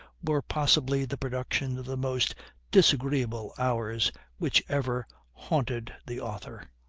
were possibly the production of the most disagreeable hours which ever haunted the author.